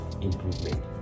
improvement